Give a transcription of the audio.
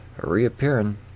reappearing